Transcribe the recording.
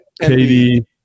Katie